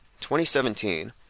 2017